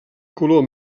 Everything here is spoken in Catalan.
color